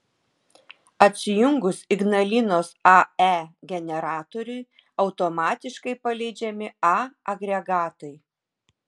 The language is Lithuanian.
atsijungus ignalinos ae generatoriui automatiškai paleidžiami a agregatai